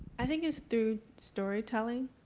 i think it's through storytelling.